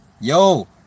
Yo